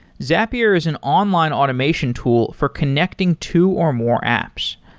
zapier is an online automation tool for connecting two or more apps.